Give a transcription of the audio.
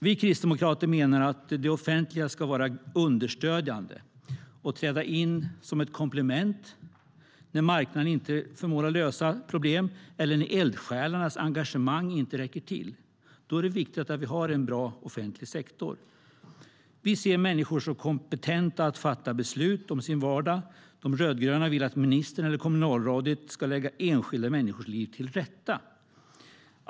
Vi kristdemokrater menar att det offentliga ska vara understödjande och träda in som ett komplement när marknaden inte förmår lösa ett problem eller när eldsjälarnas engagemang inte räcker till. Då är det viktigt med en bra offentlig sektor. Vi kristdemokrater ser människor som kompetenta att fatta beslut om sin vardag. De rödgröna vill att ministern eller kommunalrådet ska lägga enskilda människors liv till rätta.